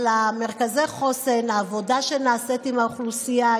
אבל במרכזי החוסן העבודה שנעשית עם האוכלוסייה,